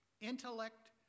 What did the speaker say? Intellect